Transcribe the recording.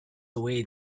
away